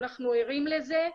אנחנו ערים לזה.